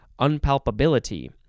unpalpability